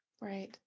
Right